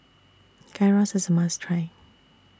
Gyros IS A must Try